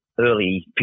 early